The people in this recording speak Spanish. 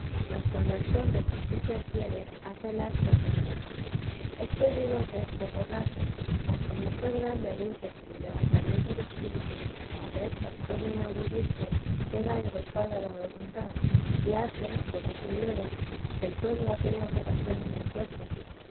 más cuando el sol dejusticia quiere hácelas detener esto digo que es poco rato mas como fué grande el ímpetu y levantamiento de espíritu aunque éstas tornen a bullirse queda engolfada la voluntad y hace como señora del todo aquella operación en el cuerpo